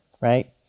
right